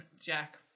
Jack